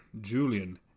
Julian